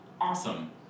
Awesome